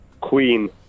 Queen